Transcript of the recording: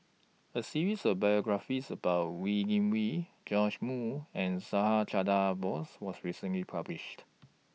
A series of biographies about Wee Wee Moo and Subhas Chandra Bose was recently published